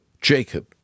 Jacob